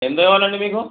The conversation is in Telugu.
ఎన్ని కావాలండి మీకు